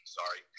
sorry